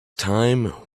time